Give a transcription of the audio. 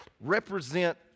represent